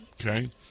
okay